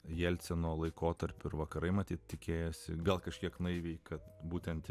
jelcino laikotarpiu vakarai matyt tikėjosi gal kažkiek naiviai kad būtent